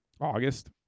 August